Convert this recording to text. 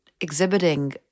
exhibiting